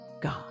God